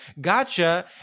gotcha